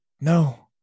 No